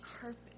carpet